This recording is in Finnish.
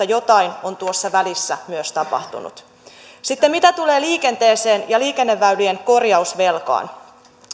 jotain on tuossa välissä myös tapahtunut sitten mitä tulee liikenteeseen ja liikenneväylien korjausvelkaan